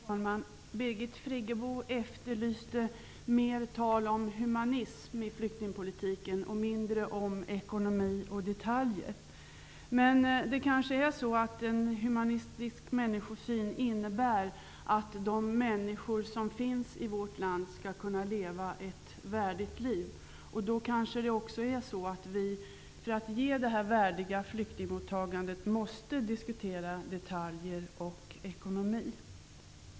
Herr talman! Birgit Friggebo efterlyste mer tal om humanitet i flyktingpolitiken och mindre om ekonomi och detaljer. Men en human människosyn innebär att de människor som finns i vårt land skall kunna leva ett värdigt liv. För att åstadkomma ett värdigt flyktingmottagande måste vi kanske diskutera detaljer och ekonomi.